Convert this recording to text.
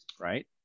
right